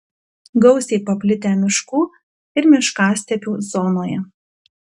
gausiai paplitę miškų ir miškastepių zonoje